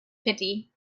pity